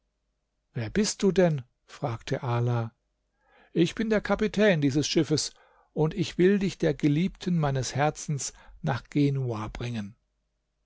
wer bist du denn fragte ala ich bin der kapitän dieses schiffes und ich will dich der geliebten meines herzens nach genua bringen